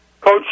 Coach